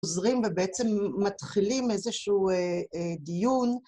עוזרים ובעצם מתחילים איזשהו דיון.